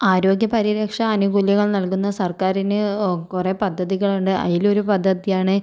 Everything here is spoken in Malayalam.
ആരോഗ്യ പരിരക്ഷ ആനുകൂല്യങ്ങൾ നൽകുന്ന സർക്കാരിന് കുറേ പദ്ധതികളുണ്ട് അതിലൊരു പദ്ധതിയാണ്